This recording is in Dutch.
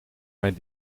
mijn